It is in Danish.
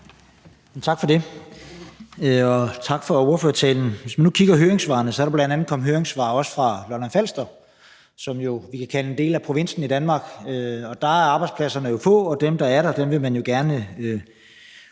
Tak for det, og tak for ordførertalen. Hvis man kigger på høringssvarene, kan man se, at der bl.a. er kommet høringssvar fra Business Lolland-Falster, og vi kan jo kalde Lolland-Falster en del af provinsen i Danmark. Der er arbejdspladserne få, og dem, der er der, vil man jo gerne